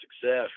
success